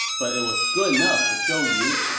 but it was good enough for zhou yu.